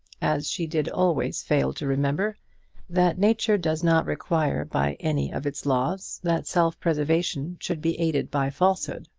as she did always fail to remember that nature does not require by any of its laws that self-preservation should be aided by falsehood.